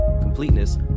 completeness